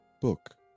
book